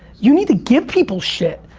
you need to give people shit.